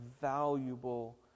valuable